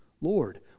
Lord